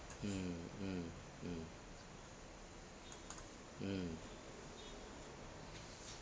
mm mm mm mm